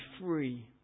free